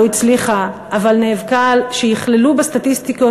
לא הצליחה אבל נאבקה שיכללו בסטטיסטיקות